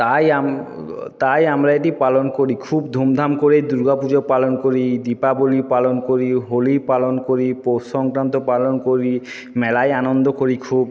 তাই তাই আমরা এটি পালন করি খুব ধুমধাম করে দুর্গা পুজো পালন করি দীপাবলি পালন করি হোলি পালন করি পৌষ সংক্রান্ত পালন করি মেলায় আনন্দ করি খুব